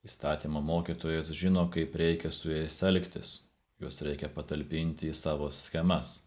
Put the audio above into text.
įstatymo mokytojas žino kaip reikia su jais elgtis juos reikia patalpinti į savo schemas